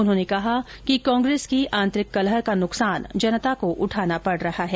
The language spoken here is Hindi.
उन्होंने कहा कि कांग्रेस की आंतरिक कलह का नुकसान जनता को उठाना पड़ रहा है